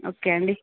okay అండి